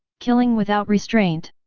killing without restraint.